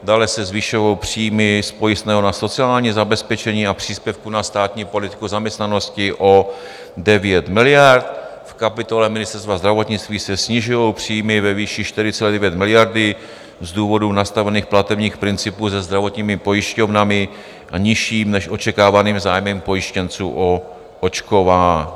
Dále se zvyšují příjmy z pojistného na sociální zabezpečení a příspěvku na státní politiku zaměstnanosti o 9 miliard, v kapitole Ministerstva zdravotnictví se snižují příjmy ve výši 4,9 miliardy z důvodu nastavených platebních principů se zdravotními pojišťovnami a nižším než očekávaným zájmem pojištěnců o očkování.